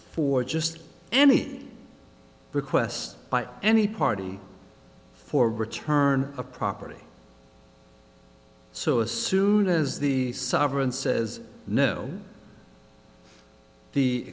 for just any request by any party for return a property so as soon as the sovereign says no the